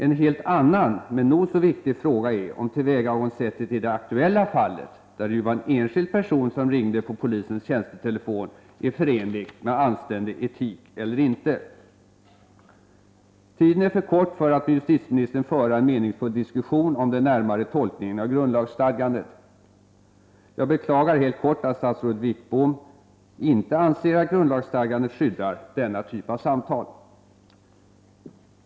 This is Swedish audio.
En helt annan men nog så viktig fråga är om tillvägagångssättet i det aktuella fallet — där det ju var en enskild person som ringde på polisens tjänstetelefon — är förenligt med anständig etik eller inte. Tiden är för kort för att med justitieministern föra en meningsfull diskussion om den närmare tolkningen av grundlagsstadgandet. Jag beklagar helt kort att statsrådet Wickbom inte anser att grundlagsstadgandet skyddar denna typ av samtal.